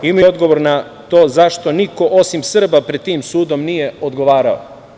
Imaju li odgovor na to zašto niko osim Srba pred tim sudom nije odgovarao?